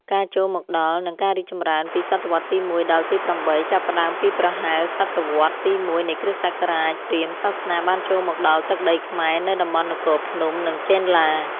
ការចូលមកដល់ និងការរីកចម្រើន ពីសតវត្សរ៍ទី ១ ដល់ទី ៨ ចាប់ផ្ដើមពីប្រហែលសតវត្សរ៍ទី ១ នៃគ.ស. ព្រាហ្មណ៍សាសនាបានចូលមកដល់ទឹកដីខ្មែរ នៅតំបន់នគរភ្នំ និងចេនឡា។